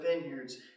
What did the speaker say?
vineyards